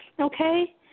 okay